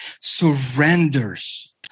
surrenders